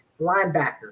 linebacker